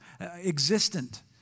existent